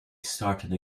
started